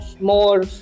more